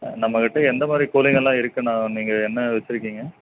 நம்ம கிட்ட எந்த மாதிரி கோழிங்கள்லாம் இருக்குதுண்ணா நீங்கள் என்ன வச்சிருக்கீங்க